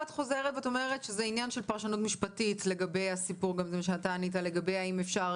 את חוזרת ואומרת שזה עניין של פרשנות משפטית לגבי האם אפשר